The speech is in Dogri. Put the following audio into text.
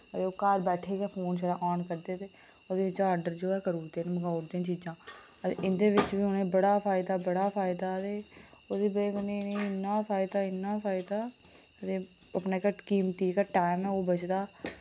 ओह् घर बैठे गै फोन छड़ा आन करदे ते उदे चा आर्डर गै करूड़दे मांगउड़दे चीजां इंदे बिच बी उ'नें ई बड़ा फायदा बड़ा फायदा ते ओह्दी बजह कन्नै इनें इन्ना फायदा इन्ना फायदा अपने घट्ट कीमती जेह्का टाइम ऐ ओह् बचदा